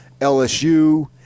LSU